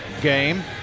game